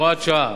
הוראת שעה),